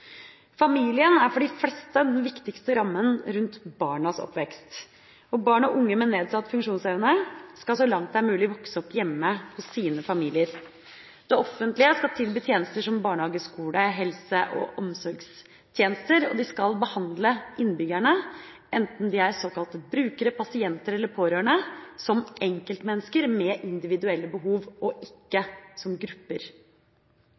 Familien er for de fleste den viktigste rammen rundt barnas oppvekst. Barn og unge med nedsatt funksjonsevne skal så langt det er mulig vokse opp hjemme hos sin familie. Det offentlige skal tilby tjenester som barnehage, skole, helsetjenester og omsorgstjenester og skal behandle innbyggerne – enten de er såkalte brukere, pasienter eller pårørende – som enkeltmennesker med individuelle behov,